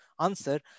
answer